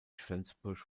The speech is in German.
flensburg